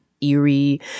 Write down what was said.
eerie